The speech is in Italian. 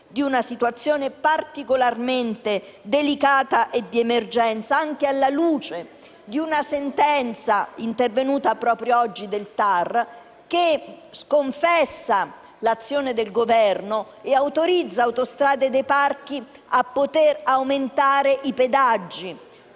di una situazione particolarmente delicata e di emergenza, anche alla luce di una sentenza del TAR, intervenuta proprio oggi, che sconfessa l'azione del Governo e autorizza Autostrada dei parchi a poter aumentare i pedaggi.